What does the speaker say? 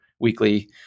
weekly